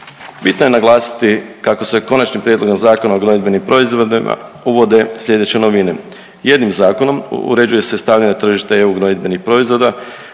Bitno je naglasiti kako se Konačnim prijedlogom Zakona o gnojidbenim proizvodima uvode slijedeće novine. Jednim zakonom uređuje se stavljanje na tržište EU gnojidbenih proizvoda